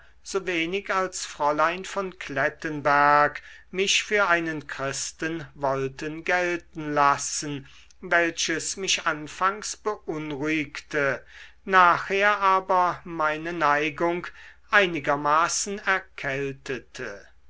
so wenig als fräulein von klettenberg mich für einen christen wollten gelten lassen welches mich anfangs beunruhigte nachher aber meine neigung einigermaßen erkältete